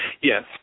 Yes